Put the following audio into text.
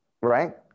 Right